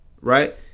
right